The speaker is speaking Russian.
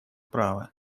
права